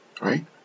right